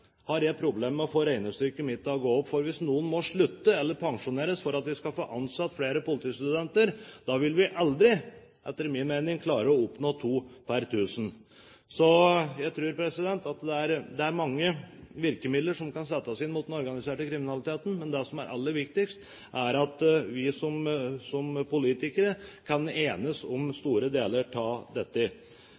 har jeg problem med å få regnestykket mitt til å gå opp, for hvis noen må slutte eller pensjoneres for at vi skal få ansatt flere politistudenter, vil vi aldri, etter min mening, klare å oppnå to per 1 000. Så jeg tror at det er mange virkemidler som kan settes inn mot den organiserte kriminaliteten. Men det som er aller viktigst, er at vi som politikere kan enes om store deler av dette.